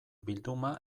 bilduma